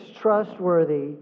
trustworthy